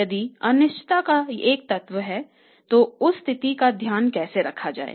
यदि अनिश्चितता का एक तत्व है तो उस स्थिति का ध्यान कैसे रखा जाए